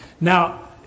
Now